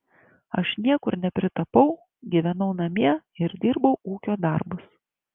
aš niekur nepritapau gyvenau namie ir dirbau ūkio darbus